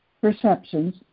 perceptions